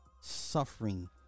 suffering